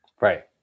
Right